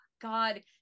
god